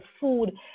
food